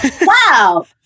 wow